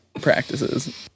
practices